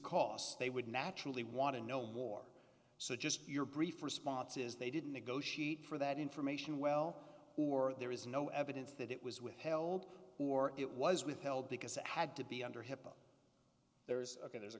costs they would naturally want to know more so just your brief response is they didn't negotiate for that information well who are there is no evidence that it was withheld or it was withheld because they had to be under hipaa there's a there's a